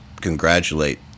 congratulate